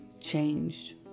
changed